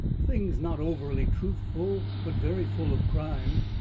things not overly truthful, but very full of crime.